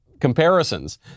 comparisons